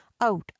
out